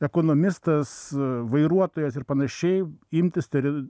ekonomistas vairuotojas ir panašiai imtis teri